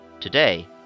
Today